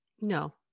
No